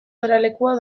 geralekua